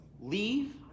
Leave